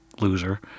loser